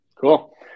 Cool